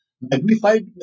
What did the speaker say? magnified